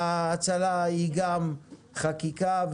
וההצלה היא גם חקיקה,